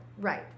Right